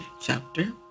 chapter